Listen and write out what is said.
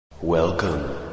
Welcome